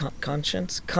conscience